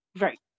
Right